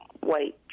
white